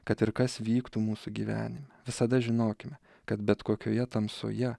kad ir kas vyktų mūsų gyvenime visada žinokime kad bet kokioje tamsoje